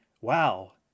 wow